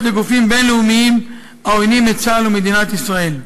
לגופים בין-לאומיים העוינים את צה"ל ומדינת ישראל.